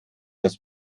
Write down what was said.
das